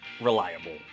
reliable